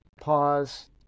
pause